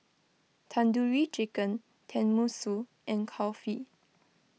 Tandoori Chicken Tenmusu and Kulfi